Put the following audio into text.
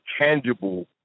tangible